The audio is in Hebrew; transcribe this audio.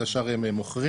את השאר הם מוכרים.